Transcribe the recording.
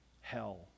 hell